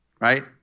Right